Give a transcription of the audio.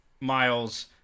Miles